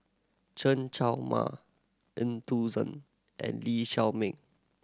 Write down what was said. Chen Show Mao Eu Tong Sen and Lee Shao Meng